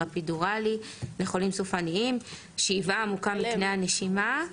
אפידורלי לחולים סופניים; ושאיבה עמוקה מקנה הנשימה.